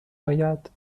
آید